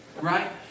right